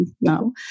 no